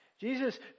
Jesus